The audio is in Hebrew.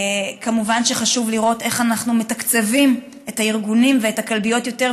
וכמובן שחשוב לראות איך אנחנו מתקצבים את הארגונים ואת הכלביות יותר,